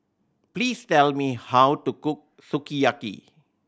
please tell me how to cook Sukiyaki